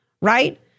right